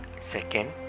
Second